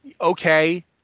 Okay